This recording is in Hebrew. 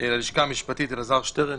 הלשכה המשפטית, אלעזר שטרן